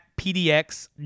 PDX